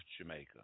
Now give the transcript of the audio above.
Jamaica